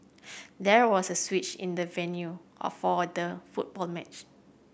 there was a switch in the venue or for the football match